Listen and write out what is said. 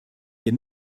wir